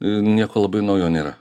nieko labai naujo nėra